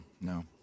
no